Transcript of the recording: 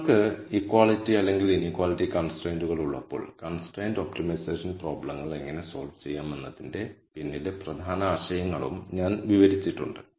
നിങ്ങൾക്ക് ഇക്വാളിറ്റി അല്ലെങ്കിൽ ഇനീക്വാളിറ്റി കൺസ്ട്രൈയ്ന്റുകൾ ഉള്ളപ്പോൾ കൺസ്ട്രൈൻഡ് ഒപ്റ്റിമൈസേഷൻ പ്രോബ്ലങ്ങൾ എങ്ങനെ സോൾവ് ചെയ്യാം എന്നതിന്റെ പിന്നിലെ പ്രധാന ആശയങ്ങളും ഞാൻ വിവരിച്ചിട്ടുണ്ട്